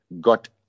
got